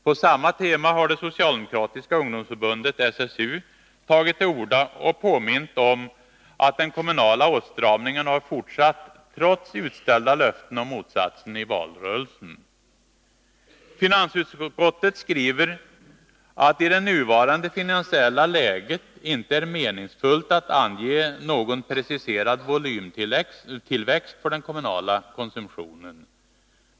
På samma tema har det socialdemokratiska ungdomsförbundet — SSU — tagit till orda och påmint om att den kommunala åtstramningen har fortsatt trots utställda löften om motsatsen i valrörelsen. Finansutskottet skriver att det i nuvarande finansiella läge inte är meningsfullt att ange någon preciserad volymtillväxt för den kommunala konsumtionen.